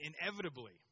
inevitably